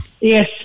Yes